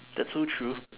that's so true